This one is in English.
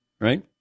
right